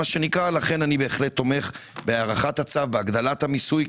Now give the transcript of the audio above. לכן אני בהחלט תומך בהארכת הצו ובהגדלת המיסוי.